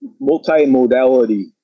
multi-modality